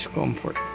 comfort